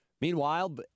Meanwhile